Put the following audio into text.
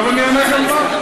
עכשיו אני אענה גם לך.